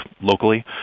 locally